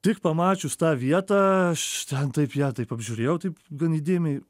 tik pamačius tą vietą aš ten taip ją taip apžiūrėjau taip gan įdėmiai